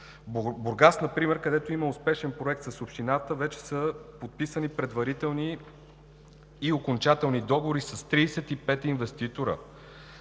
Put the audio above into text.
например, където има успешен проект с общината, вече са подписани предварителни и окончателни договори с 35 инвеститори.